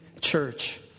church